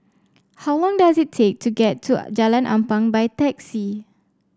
how long does it take to get to Jalan Ampang by taxi